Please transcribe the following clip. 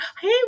Hey